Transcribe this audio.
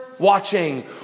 Watching